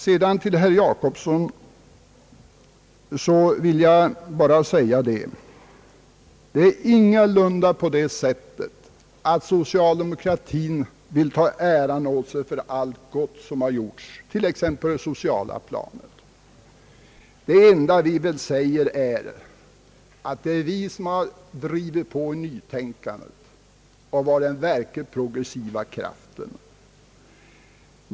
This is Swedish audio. För herr Per Jacobsson vill jag framhålla, att det ingalunda är så att socialdemokratin vill ta äran åt sig för allt gott som har gjorts t.ex. på det sociala planet. Det enda vi väl säger är, att det är vi som har drivit på nytänkandet och varit den verkligt progressiva kraften.